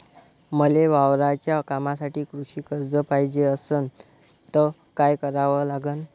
मले वावराच्या कामासाठी कृषी कर्ज पायजे असनं त काय कराव लागन?